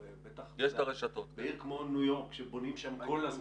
בטח בעיר כמו ניו יורק שבונים שם כל הזמן,